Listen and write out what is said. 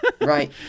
right